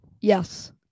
yes